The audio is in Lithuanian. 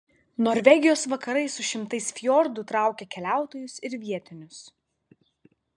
norvegijos vakarai su šimtais fjordų traukia keliautojus ir vietinius